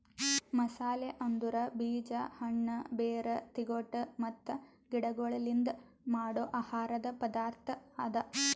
ಮಸಾಲೆ ಅಂದುರ್ ಬೀಜ, ಹಣ್ಣ, ಬೇರ್, ತಿಗೊಟ್ ಮತ್ತ ಗಿಡಗೊಳ್ಲಿಂದ್ ಮಾಡೋ ಆಹಾರದ್ ಪದಾರ್ಥ ಅದಾ